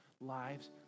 lives